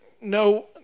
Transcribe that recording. no